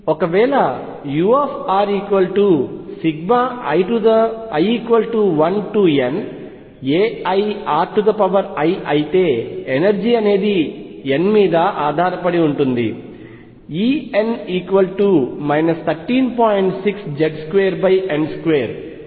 ఒకవేళ uri1nairi అయితే energy అనేది n మీద ఆధారపడి ఉంటుంది En 13